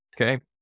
Okay